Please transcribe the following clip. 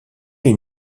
les